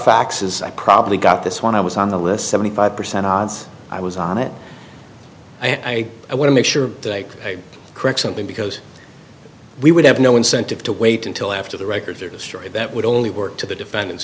faxes i probably got this when i was on the list seventy five percent odds i was on it i want to make sure they correct something because we would have no incentive to wait until after the records are destroyed that would only work to the defendant